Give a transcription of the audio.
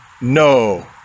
No